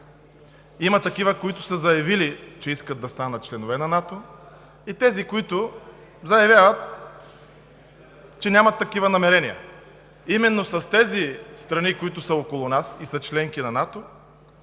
има такива, които са заявили, че искат да станат членове на НАТО, и тези, които заявяват, че нямат такива намерения. Именно с тези страни, които са около нас и са членки на НАТО,